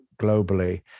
globally